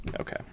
Okay